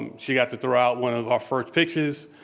and she got to throw out one of our first pitches.